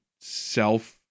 self